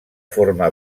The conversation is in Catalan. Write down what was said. forma